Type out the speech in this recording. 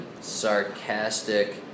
sarcastic